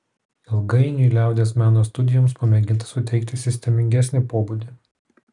ilgainiui liaudies meno studijoms pamėginta suteikti sistemingesnį pobūdį